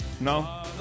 No